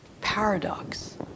paradox